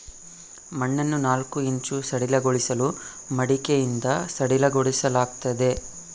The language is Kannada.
ಮಣ್ಣನ್ನು ನಾಲ್ಕು ಇಂಚು ಸಡಿಲಗೊಳಿಸಲು ಮಡಿಕೆಯಿಂದ ಸಡಿಲಗೊಳಿಸಲಾಗ್ತದೆ